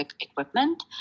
equipment